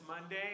Monday